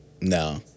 No